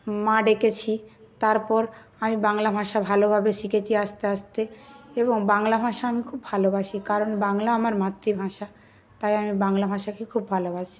মা ডেকেছি তারপর আমি বাংলা ভাষা ভালোভাবে শিখেছি আস্তে আস্তে এবং বাংলা ভাষা আমি খুব ভালোবাসি কারণ বাংলা আমার মাতৃভাষা তাই আমি বাংলা ভাষাকে খুব ভালোবাসি